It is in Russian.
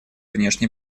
внешней